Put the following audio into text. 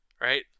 right